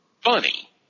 funny